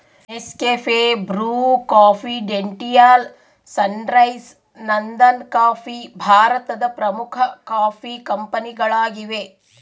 Nescafe, Bru, ಕಾಂಫಿಡೆಂಟಿಯಾಲ್, Sunrise, ನಂದನಕಾಫಿ ಭಾರತದ ಪ್ರಮುಖ ಕಾಫಿ ಕಂಪನಿಗಳಾಗಿವೆ